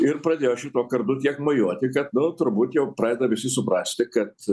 ir pradėjo šituo kardu kiek mojuoti kad nu turbūt jau pradeda suprasti kad